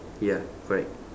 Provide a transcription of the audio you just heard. ya correct